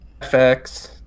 fx